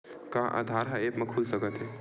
का आधार ह ऐप म खुल सकत हे?